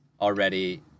already